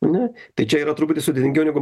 ane tai čia yra truputį sudėtingiau negu